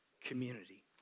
community